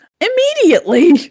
immediately